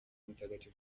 mutagatifu